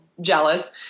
jealous